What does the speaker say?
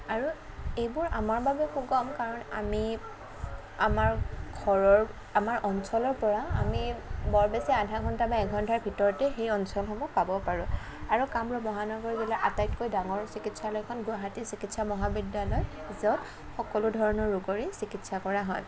আৰু এইবোৰ আমাৰ বাবেই সুষম কাৰণ আমি আমাৰ ঘৰৰ আমাৰ অঞ্চলৰপৰা আমি বৰ বেছি আধা ঘণ্টা বা এঘণ্টাৰ ভিতৰতেই সেই অঞ্চলসমূহ পাব পাৰোঁ আৰু কামৰূপ মহানগৰ জিলাৰ আটাইতকৈ ডাঙৰ চিকিৎসালয়খন গুৱাহাটী চিকিৎসা মহাবিদ্য়ালয় য'ত সকলো ধৰণৰ ৰোগৰেই চিকিৎসা কৰা হয়